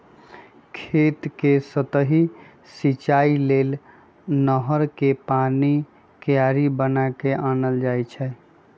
खेत कें सतहि सिचाइ लेल नहर कें पानी क्यारि बना क आनल जाइ छइ